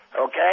Okay